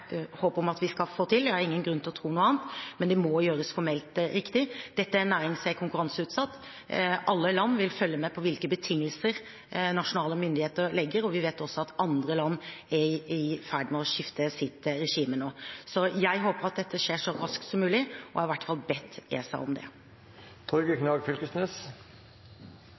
håp om at vi skal få til – jeg har ingen grunn til å tro noe annet – men det må gjøres formelt riktig. Dette er en næring som er konkurranseutsatt. Alle land vil følge med på hvilke betingelser nasjonale myndigheter legger, og vi vet også at andre land er i ferd med å skifte sitt regime nå. Jeg håper at dette skjer så raskt som mulig, og har i hvert fall bedt ESA om det.